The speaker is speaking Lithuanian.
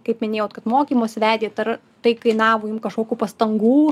kaip minėjot kad mokymus vedėt ar tai kainavo jum kažkokių pastangų